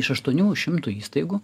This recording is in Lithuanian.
iš aštuonių šimtų įstaigų